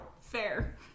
Fair